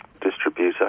distributor